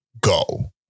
go